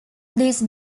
these